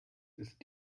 ist